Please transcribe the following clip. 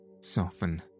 soften